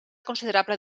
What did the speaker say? considerable